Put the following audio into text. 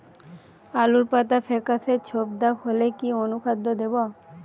আলুর পাতা ফেকাসে ছোপদাগ হলে কি অনুখাদ্য দেবো?